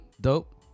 dope